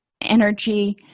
energy